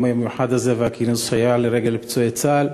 המיוחד הזה ואת הכינוס שהיה לכבוד פצועי צה"ל.